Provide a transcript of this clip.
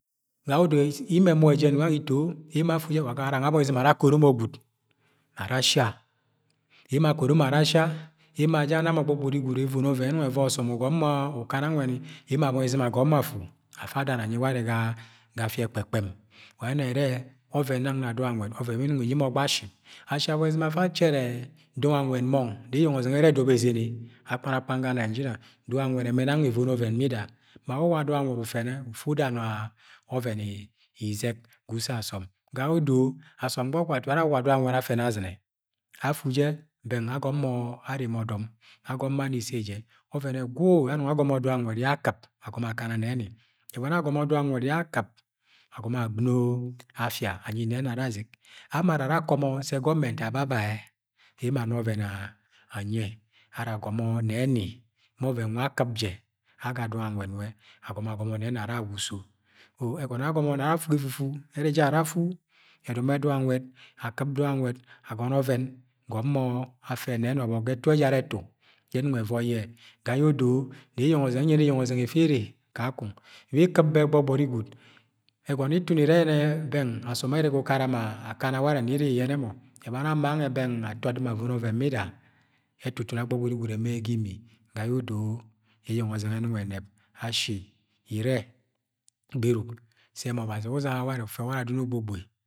Ga yẹ odo ima ẹmok jẹn nwẹ jẹ gangẹ ito, emo afu jẹ wa agagara abọni iz̵im ara akono mọ gwud ara ashia. Emo akono mọ ara ashia, emo aja ana mọ gbọgbọri evono ọvẹn yẹ ẹnọng evoi o som ukana anwẹni emo abọni iz̵im agom mọ afu afa adana anyi ware ga afia ekpẹkpẹm. Wa nwẹ ẹna irẹ ọvẹn nang na dọng nwẹd ovẹn yẹ imọng inyi mọ ogba asi. Ashi abọni iz̵im afa achẹrẹ dọng anwẹd mọng nẹ eyeng ọzẹng ẹrẹ edọbọ ẹzẹnẹ akpan, akpan ga Nigeria, dọng anwẹd ẹmẹ ni gangẹ evono ọvẹn yida. Ma we uwa dọng nwẹd ufẹnẹ ufu uda na ọvẹn izẹg ga uso asọm Ga yẹ odo asọm atun are awuwa dọng anwed afane az̵inẹ, afu jẹ bẹng ma agọm mọ areme ọdọm, agom mọ ana ise jẹ. Ọvẹn ẹgwu yẹ anọng agọmọ dong anwed yẹ ak̵ip agọmọ akana nẹni. Abani agomọ dọng anwẹd ak̵ip agb̵ino afia anyi nẹni ara az̵ig. Ama arre ara agomo sẹ government ababa ẹ ana ọvẹn anyi yẹ. Ara agọmọ neni ma ọvẹn nwẹd ak̵ip jẹ aga dọng anwẹd nwẹ agọmọ, agọmọ nẹ ni ara awa uso Ẹgọnọ yẹ agọmọ nang ara afu ga efufu, ara jẹ ara afu, ẹdọmọ ye dọng nwẹd, ak̵ip dọng anwẹd, agọnọ ọvẹn, gọm mọ afẹ neni ọbọ ga ẹtu ejara ẹtu yẹ ẹnọng ẹvọi. Ga yẹ odọ nẹ nyẹnẹ eyeng ọzẹng ẹfẹ are, be ik̵ip je gbọgbori gwud, ẹgọnọ yẹ itun irẹ yenẹ bẹng asọm ba arre ga ukara ma akana warẹ nẹ iri iyẹnẹ mọ abani yẹ amẹ gangẹ dudu atọ od̵im avono ọvẹn yida. Ẹtutun nwẹ gwud ẹmẹ yẹ ga imi ga yẹ odo eyeng ọzẹng ẹnọngẹ ẹnẹb. Ashi iri gberuk se ma Ọbazi we uzaga warẹ ufẹ warẹ adọn ogbogboi